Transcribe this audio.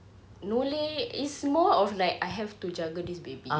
no leh it's more of like I have to jaga this baby